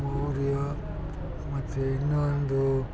ಮೌರ್ಯ ಮತ್ತು ಇನ್ನೊಂದು